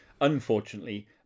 Unfortunately